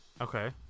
Okay